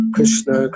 Krishna